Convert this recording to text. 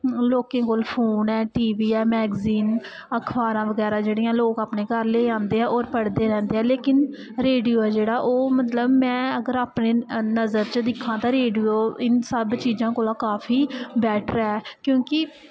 लोकें कोल फोन ऐ टी वी ऐ मैगजीन अखबारां बगैरा जेहड़ियां लोक अपने घर लेई आंदे ऐ होर पढ़दे रैंह्दे ऐ लेकिन रेडियो ऐ जेह्ड़ा ओह् मतलब में अपने अपने नजर च दिक्खां दे रेडियो इन सब चीजां कोला काफी बैटर ऐ क्योंकि